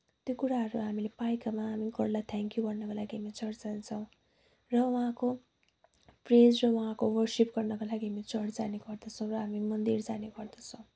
त्यो कुराहरू हामीले पाएँकामा हामी गडलाई थ्याङ्क यू भन्नको लागि हामी चर्च जान्छौँ र उहाँको प्रेज र उहाँको वरसिप गर्नको लागि पनि चर्च जाने गर्दछौँ र हामी मन्दिर जाने गर्दछौँ